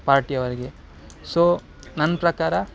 ಪಾರ್ಟಿಯವರಿಗೆ so ನನ್ನ ಪ್ರಕಾರ